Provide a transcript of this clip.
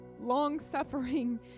long-suffering